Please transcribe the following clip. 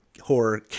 horror